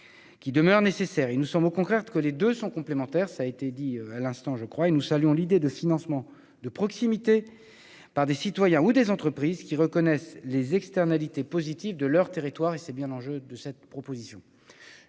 qui demeurent nécessaires. Il nous semble au contraire que les deux sont complémentaires, comme M. le rapporteur vient de le dire. Nous saluons l'idée de financements de proximité, par des citoyens ou des entreprises qui reconnaissent les externalités positives de leur territoire. C'est bien l'enjeu de ce texte.